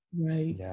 Right